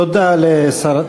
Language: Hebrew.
תודה לשר.